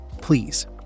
Please